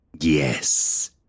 Yes